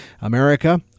America